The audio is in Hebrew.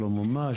לא מומש?